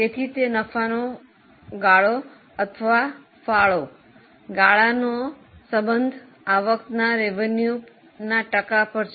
તેથી તે નફાનો ગાળો અથવા ફાળો ગાળોનો સંબંધ આવકના ટકા પર છે